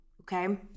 okay